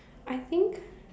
I think